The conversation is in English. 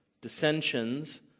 dissensions